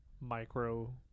micro